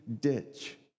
ditch